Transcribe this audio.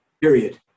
Period